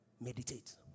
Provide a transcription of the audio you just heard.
meditate